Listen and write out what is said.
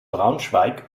braunschweig